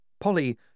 Polly